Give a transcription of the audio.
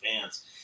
fans